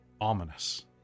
ominous